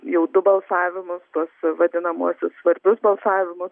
jau du balsavimus tuos vadinamuosius svarbius balsavimus